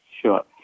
Sure